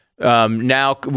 Now